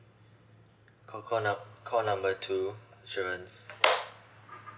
call call num~ call number two insurance